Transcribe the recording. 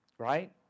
Right